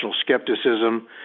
skepticism